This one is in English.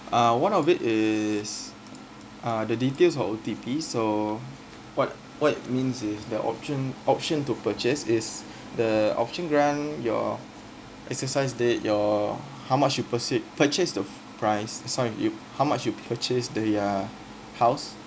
uh one of it is uh the detail of O_T_P so what what it means is the option option to purchase is the option grant your exercise date your how much you proceed purchase the price uh sorry you how much you purchase the uh house